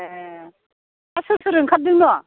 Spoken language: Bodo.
ए' हा सोर सोर ओंखारदोंनो